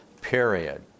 period